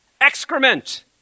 excrement